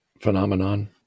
phenomenon